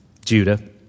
Judah